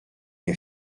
nie